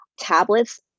Tablets